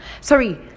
sorry